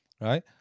right